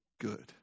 good